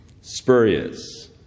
Spurious